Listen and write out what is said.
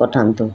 ପଠାନ୍ତୁ